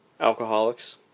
alcoholics